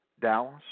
Dallas